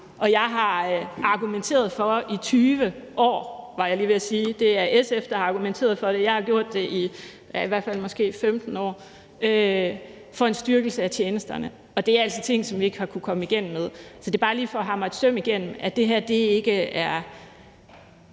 20 år argumenteret, og jeg har måske i hvert fald gjort det i 15 år, for en styrkelse af tjenesterne, og det er altså ting, som vi ikke har kunnet komme igennem med. Så er det bare lige for at ramme en pæl igennem, at det her er